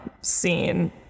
scene